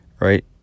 right